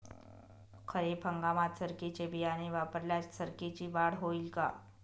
खरीप हंगामात सरकीचे बियाणे वापरल्यास सरकीची वाढ होईल का?